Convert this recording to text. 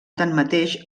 tanmateix